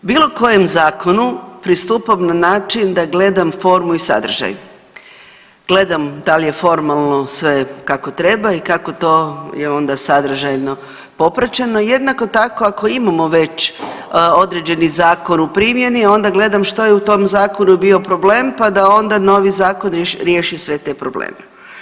Bilo kojem zakonu pristupam na način da gledam formu i sadržaj, gledam da li je formalno sve kako treba i kako to je onda sadržajno popraćeno, jednako tako ako imamo već određeni zakon u primjeni onda gledam što je u tom zakonu bio problem, pa da onda novi zakon riješi sve te probleme.